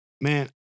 Man